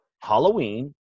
Halloween